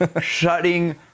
shutting